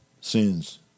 Sin's